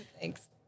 Thanks